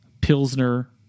Pilsner